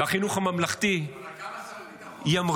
והחינוך הממלכתי ימריא.